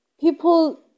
people